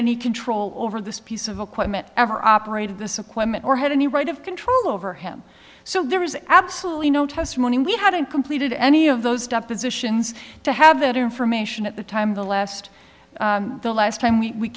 any control over this piece of equipment ever operated this equipment or had any right of control over him so there is absolutely no testimony and we hadn't completed any of those depositions to have that information at the time the last the last time we